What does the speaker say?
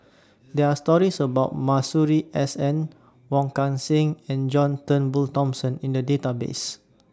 There Are stories about Masuri S N Wong Kan Seng and John Turnbull Thomson in The Database